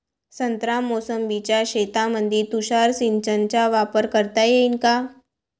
संत्रा मोसंबीच्या शेतामंदी तुषार सिंचनचा वापर करता येईन का?